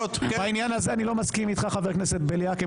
בעניין הזה אני לא מסכים איתך, חבר הכנסת בליאק.